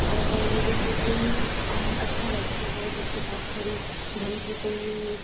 और जैसे कोई अच्छा व्यक्ति है जिसके पास थोड़ी धन की कोई